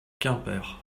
quimper